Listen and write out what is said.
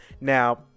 Now